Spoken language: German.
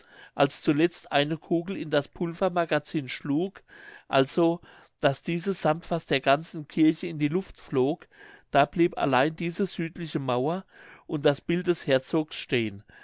als zuletzt eine kugel in das pulvermagazin schlug also daß dieses sammt fast der ganzen kirche in die luft flog da blieb allein diese südliche mauer und das bild des herzogs stehen